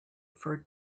for